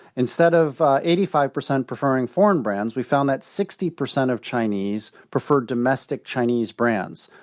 instead of eighty five percent preferring foreign brands, we found that sixty percent of chinese preferred domestic chinese brands.